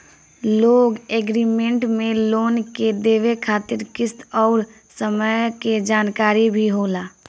loan agreement में loan के देवे खातिर किस्त अउर समय के जानकारी भी होला